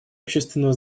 общественного